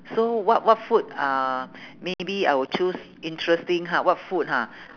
so what what food uh maybe I will choose interesting ha what food ha